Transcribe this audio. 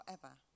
forever